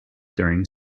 during